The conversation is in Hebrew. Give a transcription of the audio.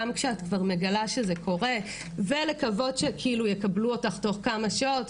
גם כשאת כבר מגלה שזה קורה ולקוות שכאילו יקבלו אותך תוך כמה שעות,